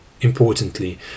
Importantly